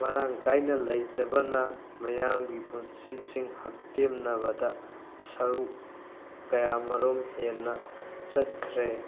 ꯃꯔꯥꯡ ꯀꯥꯏꯅ ꯂꯩꯇꯕꯅ ꯃꯤꯌꯥꯝꯒꯤ ꯄꯨꯟꯁꯤꯁꯤꯡ ꯍꯛꯇꯦꯝꯅꯕꯗ ꯁꯔꯨꯛ ꯀꯌꯥ ꯃꯔꯨꯝ ꯍꯦꯟꯅ ꯆꯠꯈ꯭ꯔꯦ